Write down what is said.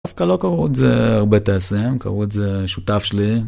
דווקא לא קראו את זה הרבה תעשייה הם קראו את זה שותף שלי.